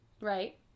Right